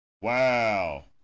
Wow